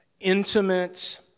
intimate